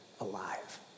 alive